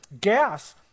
Gas